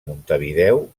montevideo